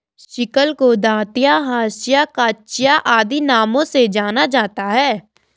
sickle को दँतिया, हँसिया, कचिया आदि नामों से जाना जाता है